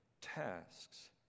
tasks